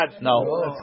no